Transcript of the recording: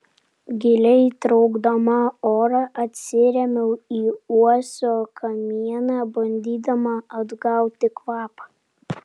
giliai traukdama orą atsirėmiau į uosio kamieną bandydama atgauti kvapą